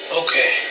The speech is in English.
okay